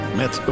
met